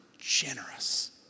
generous